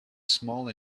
small